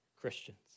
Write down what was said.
Christians